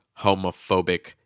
homophobic